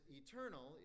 eternal